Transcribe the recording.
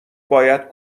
باید